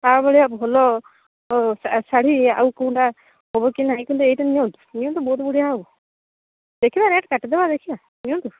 ତା' ଭଳିଆ ଭଲ ଅ ଶାଢ଼ୀ ଆଉ କେଉଁଟା ହେବ କି ନାଇଁ କିନ୍ତୁ ଏଇଟା ନିଅନ୍ତୁ ନିଅନ୍ତୁ ବହୁତ ବଢ଼ିଆ ହେବ ଦେଖିବା ରେଟ୍ କାଟିଦେବା ଦେଖିବା ନିଅନ୍ତୁ